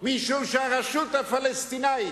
משום שהרשות הפלסטינית,